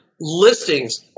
listings